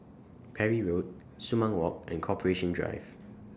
Parry Road Sumang Walk and Corporation Drive